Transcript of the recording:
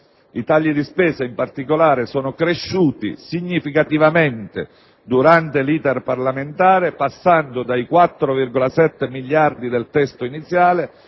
I tagli di spesa, in particolare, sono cresciuti significativamente durante l'*iter* parlamentare, passando dai 4,7 miliardi del testo iniziale